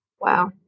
Wow